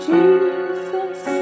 Jesus